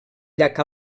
llac